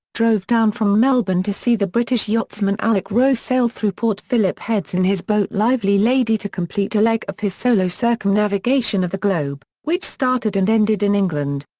drove down from melbourne to see the british yachtsman alec rose sail through port phillip heads in his boat lively lady to complete a leg of his solo circumnavigation of the globe, which started and ended in england.